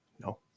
No